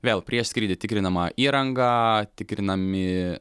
vėl prieš skrydį tikrinama įranga tikrinami